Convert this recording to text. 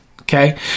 okay